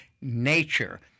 nature